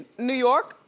new york,